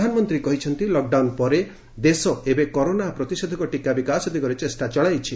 ପ୍ରଧାନମନ୍ତ୍ରୀ କହିଛନ୍ତି ଲକ୍ଡାଉନ୍ ପରେ ଦେଶ ଏବେ କରୋନା ପ୍ରତିଷେଧକ ଟୀକା ବିକାଶ ଦିଗରେ ଚେଷ୍ଟା ଚଳାଇଛି